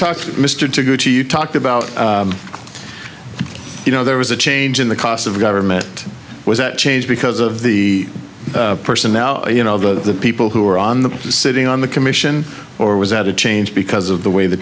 to mr to go to you talked about you know there was a change in the cost of government was that change because of the person now you know the people who are on the sitting on the commission or was that a change because of the way the